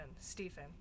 Stephen